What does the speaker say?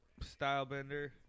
Stylebender